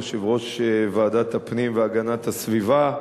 יושב-ראש ועדת הפנים והגנת הסביבה,